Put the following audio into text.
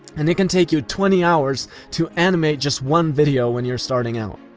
and it can take you twenty hours to animate just one video when you're starting out.